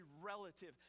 relative